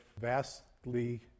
vastly